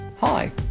hi